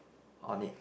on it